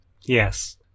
Yes